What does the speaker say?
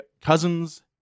Cousins